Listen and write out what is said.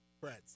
friends